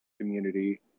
community